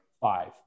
Five